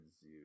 Zoo